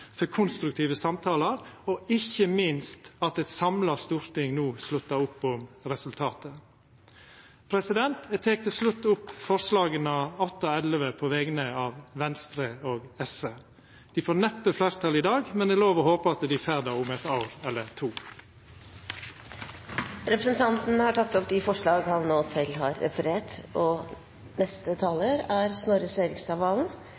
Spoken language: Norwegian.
for konstruktive samtaler, og ikkje minst for at eit samla storting no sluttar opp om resultatet. Eg tek til slutt opp forslaga nr. 8 til 11 på vegner av Venstre og SV. Dei får neppe fleirtal i dag, men det er lov å håpa at dei får det om eitt år eller to. Representanten Terje Breivik har tatt opp de forslagene han refererte til. Representanten Breivik har